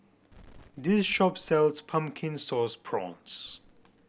this shop sells Pumpkin Sauce Prawns